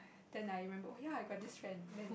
then I remember oh ya I got this friend then